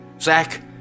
Zach